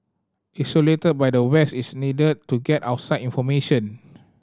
isolated by the West it's needed to get outside information